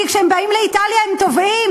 כי כשהם באים לאיטליה הם טובעים.